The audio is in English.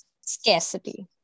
scarcity